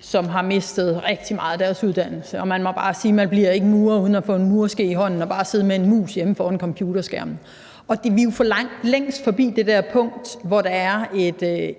som har mistet rigtig meget af deres uddannelse. Og man må bare sige, at man ikke bliver murer uden at få en murerske i hånden og ved bare at sidde med en mus hjemme foran en computerskærm. Og vi er forlængst forbi det punkt, hvor der er